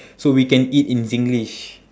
so we can eat in singlish